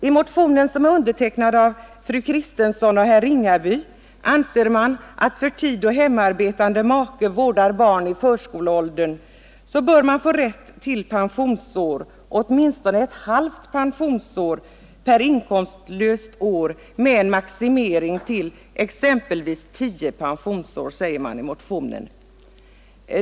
I motionen 451 av fru Kristensson och herr Ringaby sägs att för tid då hemmavarande make vårdar barn i förskoleåldern bör förälder få rätt till åtminstone ett halvt pensionsår per inkomstlöst år, med en maximering till exempelvis tio pensionsår.